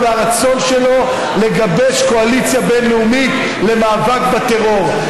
והרצון שלו לגבש קואליציה בין-לאומית למאבק בטרור.